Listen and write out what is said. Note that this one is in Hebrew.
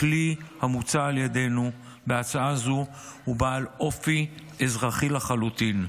הכלי המוצע על ידינו בהצעה זו הוא בעל אופי אזרחי לחלוטין,